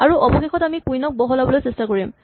আৰু অৱশেষত আমি কুইন ক বহাবলৈ চেষ্টা কৰিম